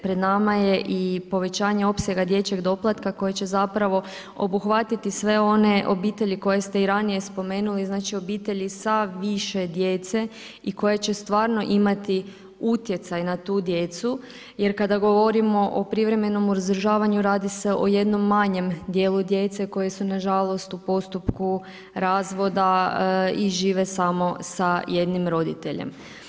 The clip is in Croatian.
Pred nama je i povećanje opsega dječjeg doplatka koji će zapravo obuhvatiti sve one obitelji koje ste i ranije spomenuli, znači obitelji sa više djece i koje će stvarno imati utjecaj na tu djecu jer kada govorimo o privremenom uzdržavanju, radi se o jednom manjem dijelu djece koja su nažalost u postupka razvoda i žive samo sa jednim roditeljem.